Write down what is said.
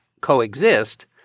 coexist